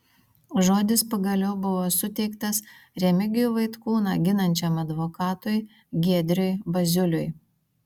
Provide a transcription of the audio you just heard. žodis pagaliau buvo suteiktas remigijų vaitkūną ginančiam advokatui giedriui baziuliui